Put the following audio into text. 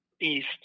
east